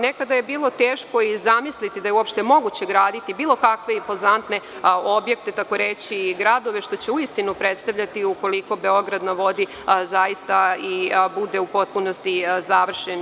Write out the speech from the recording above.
Nekada je bilo teško zamisliti da je uopšte moguće graditi bilo kakve impozantne objekte, gradove što će u istinu predstavljati ukoliko „Beograd na vodi“ zaista i bude u potpunosti završen.